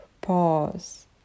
Pause